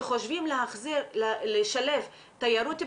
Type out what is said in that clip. שחושבים לשלב תיירות פנימית,